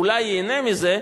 אולי ייהנה מזה,